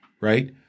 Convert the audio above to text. right